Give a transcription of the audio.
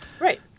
Right